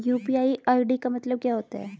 UPI ID का मतलब क्या होता है?